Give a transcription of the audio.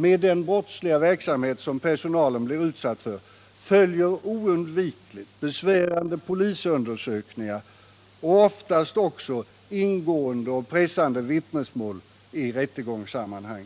Med den brottsliga verksamhet som personalen blir utsatt för följer oundvikligt besvärande polisundersökningar och oftast också ingående och pressande vittnesmål i rättegångssammanhang.